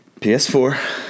PS4